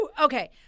Okay